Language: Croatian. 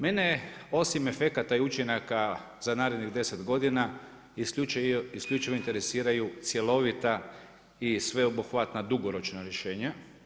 Mene osim efekata i učinaka za narednih deset godina isključivo interesiraju cjelovita i sveobuhvatna dugoročna rješenja.